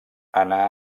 anà